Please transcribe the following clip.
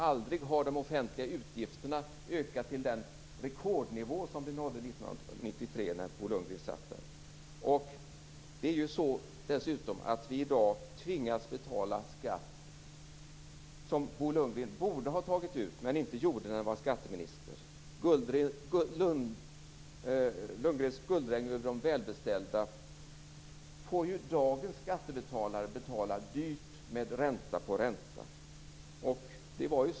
Aldrig har de offentliga utgifterna ökat till den rekordnivå som de nådde 1993 när Bo Lundgren satt där. Det är dessutom så att vi i dag tvingas betala skatt som Bo Lundgren borde ha tagit ut med inte gjorde när han var skatteminister. Lundgrens guldregn över de välbeställda får dagens skattebetalare betala dyrt med ränta på ränta.